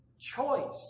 choice